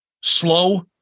Slow